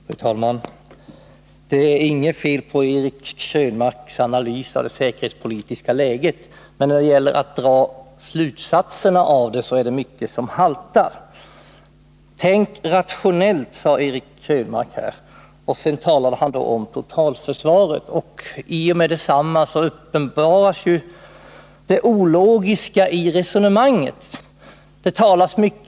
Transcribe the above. Fru talman! Det är inget fel på Eric Krönmarks analys av det säkerhetspolitiska läget. Men mycket haltar när det gäller att dra slutsatser därav. Tänk rationellt, uppmanade Eric Krönmark här, och sedan talade han om totalförsvaret. I och med det uppenbarade sig ju det ologiska i resonemanget.